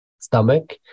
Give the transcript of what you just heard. stomach